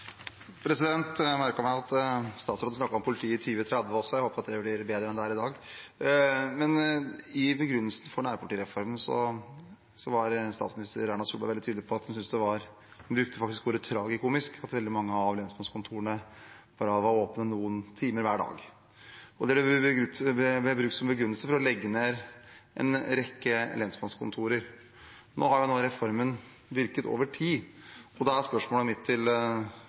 Jeg merket meg at statsråden også snakket om politiet i 2030 – jeg håper det blir bedre enn det er i dag. I begrunnelsen for nærpolitireformen var statsminister Erna Solberg tydelig på at hun syntes det var tragikomisk – hun brukte faktisk det ordet – at veldig mange av lensmannskontorene var åpne bare noen timer hver dag. Det ble brukt som begrunnelse for å legge ned en rekke lensmannskontorer. Nå har reformen virket over tid. Da er spørsmålet mitt til